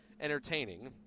entertaining